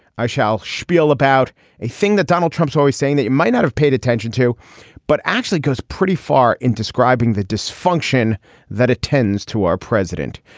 i shall spiel about a thing that donald trump's always saying that might not have paid attention to but actually goes pretty far in describing the dysfunction that it tends to our president.